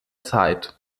zeit